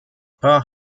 paar